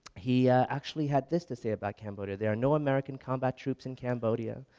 he actually had this to say about cambodia, there are no american combat troops in cambodia,